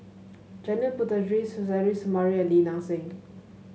Janil Puthucheary Suzairhe Sumari and Lim Nang Seng